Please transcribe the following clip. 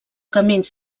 camins